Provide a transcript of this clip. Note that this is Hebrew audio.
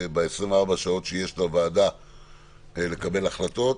ב-24 שעות שיש לוועדה לקבל החלטות.